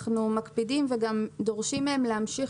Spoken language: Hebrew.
אנחנו מקפידים וגם דורשים מהם להמשיך